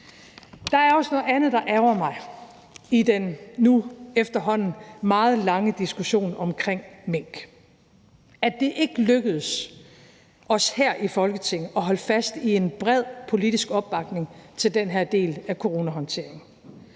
Der er også noget andet, der ærgrer mig i den nu efterhånden meget lange diskussion om mink: at det ikke lykkedes os her i Folketinget at holde fast i en bred politisk opbakning til den her del af coronahåndteringen.